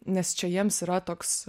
nes čia jiems yra toks